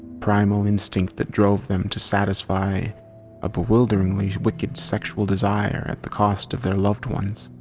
primal instinct that drove them to satisfy a bewilderingly wicked sexual desire at the cost of their loved ones.